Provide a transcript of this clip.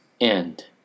end